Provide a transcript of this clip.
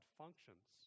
functions